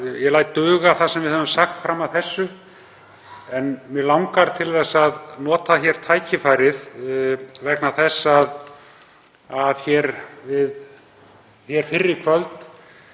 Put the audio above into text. Ég læt duga það sem við höfum sagt fram að þessu. En mig langar til að nota tækifærið, vegna þess að hér fyrr í kvöld